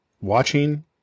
watching